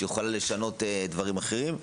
שיכולה לשנות דברים אחרים.